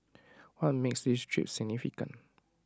what makes this trip significant